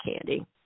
Candy